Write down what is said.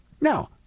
Now